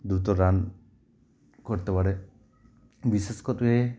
দ্রুত রান করতে পারে বিশেষ করে